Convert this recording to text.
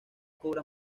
cobra